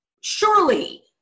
surely